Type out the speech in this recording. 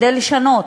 כדי לשנות,